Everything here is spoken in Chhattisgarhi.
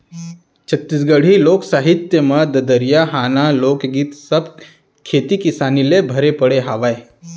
छत्तीसगढ़ी लोक साहित्य म ददरिया, हाना, लोकगीत सब खेती किसानी ले भरे पड़े हावय